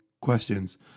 questions